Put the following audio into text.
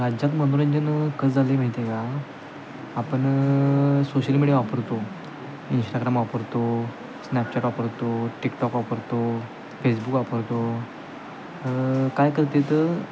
राज्यात मनोरंजन कसं झालं आहे माहिती आहे का आपण सोशल मीडिया वापरतो इंस्टाग्राम वापरतो स्नॅपचॅट वापरतो टिकटॉक वापरतो फेसबुक वापरतो काय करतात